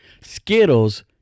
Skittles